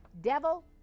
devil